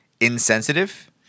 insensitive